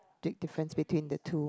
big difference between the two